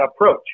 approach